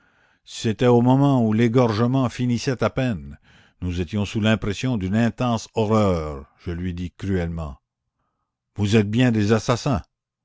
c'était au moment où l'égorgement finissait à peine nous étions sous l'impression d'une intense horreur je lui dis cruellement vous êtes bien des assassins